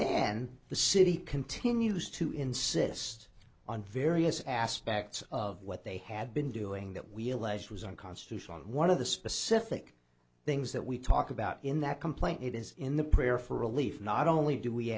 then the city continues to insist on various aspects of what they had been doing that we allege was unconstitutional one of the specific things that we talk about in that complaint it is in the prayer for relief not only do we